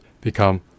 become